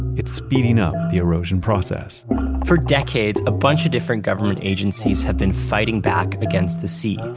it's speeding up the erosion process for decades, a bunch of different government agencies have been fighting back against the sea.